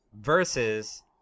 versus